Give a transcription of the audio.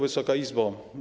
Wysoka Izbo!